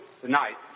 tonight